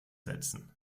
setzen